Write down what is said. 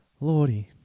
Lordy